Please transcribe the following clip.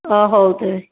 ଅ ହଉ ତେବେ